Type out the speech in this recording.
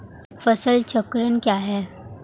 फसल चक्रण क्या है?